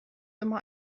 immer